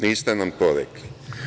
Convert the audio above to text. Niste nam to rekli.